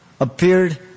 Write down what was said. Appeared